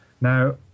Now